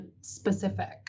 specific